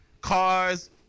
cars